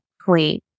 clean